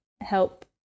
help